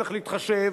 צריך להתחשב.